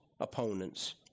opponents